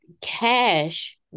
cash